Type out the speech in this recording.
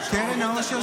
אדוני היושב בראש,